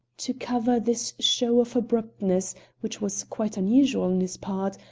to cover this show of abruptness which was quite unusual on his part,